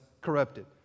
corrupted